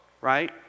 right